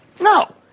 No